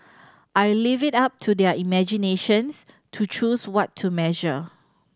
I'll leave it up to their imaginations to choose what to measure